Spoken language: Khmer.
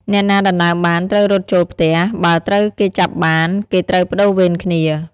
អ្នកណាដណ្តើមបាន ត្រូវរត់ចូលផ្ទះ បើត្រូវគេចាប់បាន គេត្រូវប្តូរវេនគ្នា ។